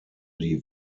die